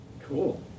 cool